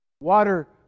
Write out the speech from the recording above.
water